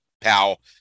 pal